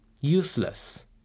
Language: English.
useless